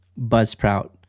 Buzzsprout